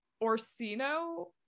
Orsino